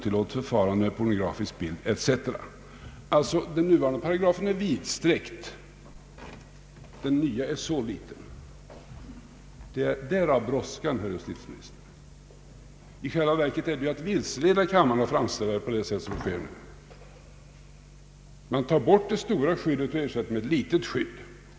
I själva verket är det att vilseleda kammaren att framställa det på sätt som har skett. Man tar bort det stora skyddet och ersätter det med ett litet.